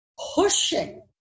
pushing